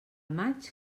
maig